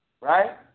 right